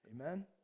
Amen